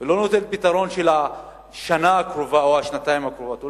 ולא נותנת פתרון לשנה הקרובה או לשנתיים הקרובות.